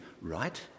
right